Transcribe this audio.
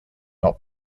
not